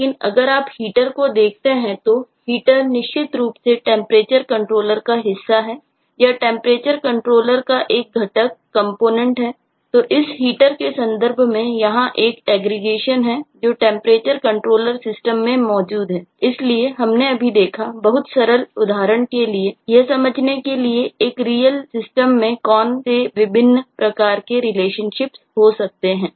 लेकिन अगर आप Heater को देखते हैं तो Heater निश्चित रूप से TemperatureController का एक हिस्सा है यह TemperatureController का एक घटककंपोनेंट हो सकते हैं